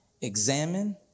examine